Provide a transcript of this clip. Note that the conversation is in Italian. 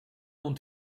non